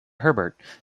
herbert